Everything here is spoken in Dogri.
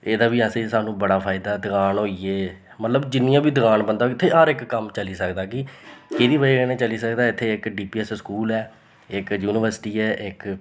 एह्दा बी असेंगी सानू बड़ा फायदा ऐ दकान होई गे मतलब जिन्नियां बी दकान बंदा इत्थें हर इक कम्म चली सकदा के एह्दी वजह कन्नै चली सकदा इत्थै इक डी पी एस स्कूल ऐ इक यूनिवर्सिटी ऐ इक